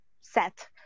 set